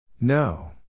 No